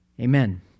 Amen